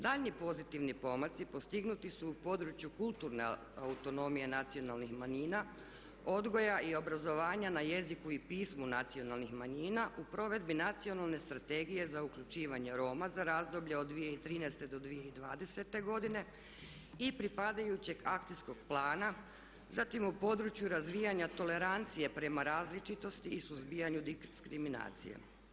Daljnji pozitivni pomaci postignuti su u području kulturne autonomije nacionalnih manjina, odgoja i obrazovanja na jeziku i pismu nacionalnih manjina u provedbi nacionalne strategije za uključivanje Roma za razdoblje za razdoblje od 2013. do 2020. godine i pripadajućeg akcijskog plana, zatim o području razvijanja tolerancije o prema različitosti i suzbijanju diskriminacije.